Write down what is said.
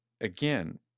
again